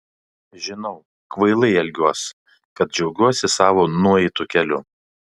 žinau kvailai elgiuos kad džiaugiuosi savo nueitu keliu